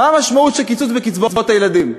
מה המשמעות של קיצוץ בקצבאות הילדים.